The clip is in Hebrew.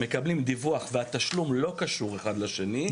מקבלים דיווח והתשלום לא קשור אחד לשני,